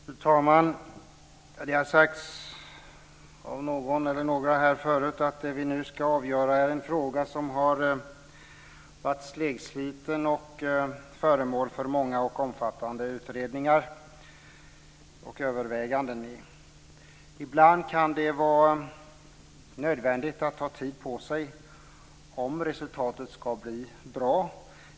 Fru talman! Det har sagts av någon eller några förut att det vi nu ska avgöra är en fråga som har varit segdragen och föremål för många och omfattande utredningar och överväganden. Ibland kan det vara nödvändigt att ta tid på sig om resultatet ska bli bra.